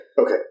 Okay